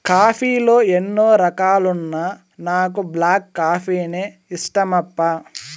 coffee లో ఎన్నో రకాలున్నా నాకు బ్లాక్ కాఫీనే ఇష్టమప్పా